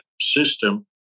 system